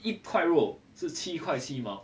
一块肉是七块七毛